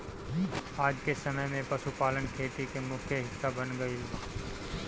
आजके समय में पशुपालन खेती के मुख्य हिस्सा बन गईल बा